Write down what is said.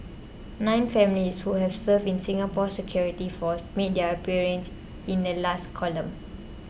nine families who have served in Singapore's security forces made their appearance in the last column